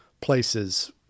places